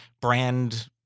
brand